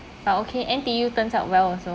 but okay N_T_U turns out well also